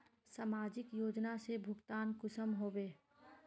समाजिक योजना से भुगतान कुंसम होबे?